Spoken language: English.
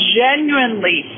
genuinely